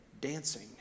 dancing